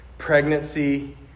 pregnancy